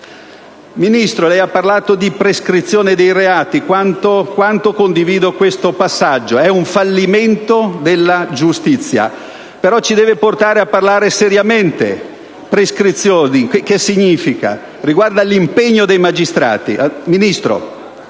Ministro, lei ha parlato di prescrizione dei reati: quanto condivido questo passaggio! È un fallimento della giustizia, che ci deve però portare a parlare seriamente. Cosa significano le prescrizioni? Esse riguardano l'impegno dei magistrati. Ministro,